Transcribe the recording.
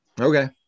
Okay